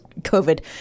COVID